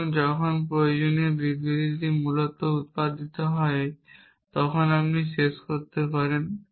এবং যখন প্রয়োজনীয় বিবৃতিটি মূলত উত্পাদিত হয় তখন আপনি শেষ করতে পারেন